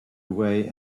away